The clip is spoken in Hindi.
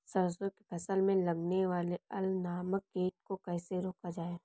सरसों की फसल में लगने वाले अल नामक कीट को कैसे रोका जाए?